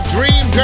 Dream